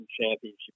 Championship